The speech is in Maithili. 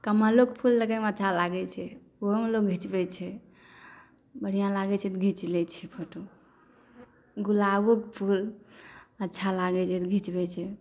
कमलोके फूल देखैमे अच्छा लागै छै ओहोमे लोक घीचबै छै बढ़िआँ लागे छै तऽ घीच लै छियै फोटो गुलाबोके फूल अच्छा लागै छै तऽ घीचबै छै